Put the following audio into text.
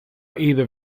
either